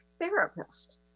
therapist